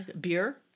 Beer